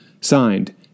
signed